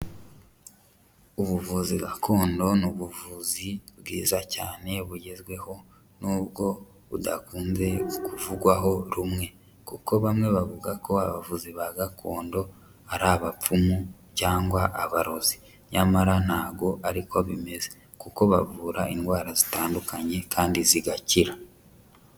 Ubuvuzi gakondo ni ubuvuzi bwiza cyane bugezweho n'ubwo budakunze kuvugwaho rumwe kuko bamwe bavuga ko abavuzi ba gakondo ari abapfumu cyangwa abarozi, nyamara ntago ari ko bimeze, kuko bavura indwara zitandukanye kandi zigakira.